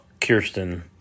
Kirsten